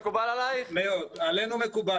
עלינו מקובל.